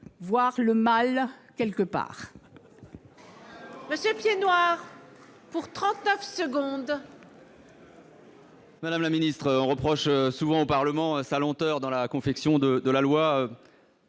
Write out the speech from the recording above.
voir le mal quelque part